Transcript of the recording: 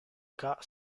cas